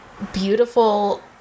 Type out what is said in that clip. beautiful